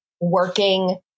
working